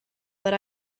but